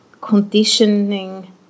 conditioning